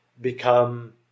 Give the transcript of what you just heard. become